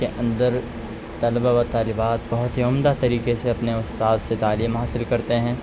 کے اندر طلبا و طالبات بہت ہی عمدہ طریقے سے اپنے استاذ سے تعلیم حاصل کرتے ہیں